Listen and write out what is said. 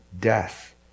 death